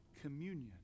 communion